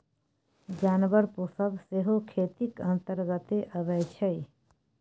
जानबर पोसब सेहो खेतीक अंतर्गते अबै छै